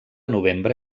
novembre